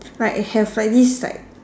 like have at least like